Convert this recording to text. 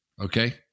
okay